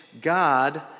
God